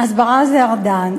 הסברה זה ארדן.